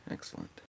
Excellent